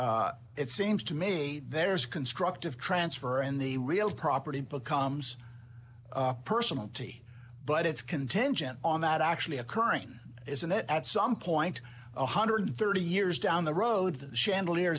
me it seems to me there's constructive transfer in the real property becomes personalty but it's contingent on that actually occurring isn't it at some point one hundred and thirty years down the road the chandelier